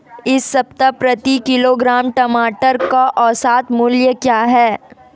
इस सप्ताह प्रति किलोग्राम टमाटर का औसत मूल्य क्या है?